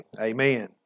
Amen